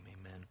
amen